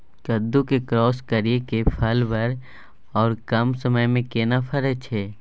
कद्दू के क्रॉस करिये के फल बर आर कम समय में केना फरय छै?